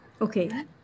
Okay